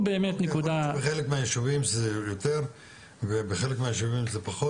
בחלק מהיישובים זה יותר ובחלק מהיישובים זה פחות,